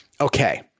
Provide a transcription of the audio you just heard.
okay